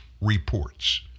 reports